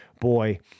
Boy